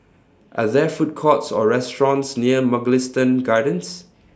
Are There Food Courts Or restaurants near Mugliston Gardens